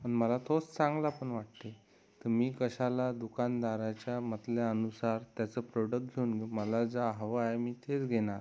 मला तोच चांगला पण वाटतो तर मी कशाला दुकानदाराच्या मतल्यानुसार त्याचं प्रोडक घेऊन मला ज्या हवं आहे मी तेच घेणार